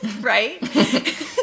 right